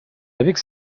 avec